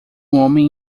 homem